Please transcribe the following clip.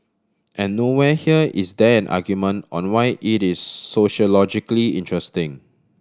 and nowhere here is there an argument on why it is sociologically interesting